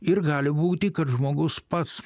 ir gali būti kad žmogus pats